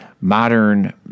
modern